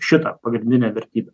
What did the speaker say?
šitą pagrindinę vertybę